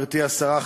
גברתי השרה,